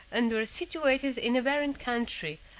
and were situated in a barren country,